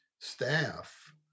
staff